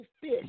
fish